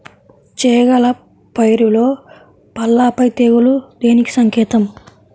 చేగల పైరులో పల్లాపై తెగులు దేనికి సంకేతం?